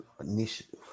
initiative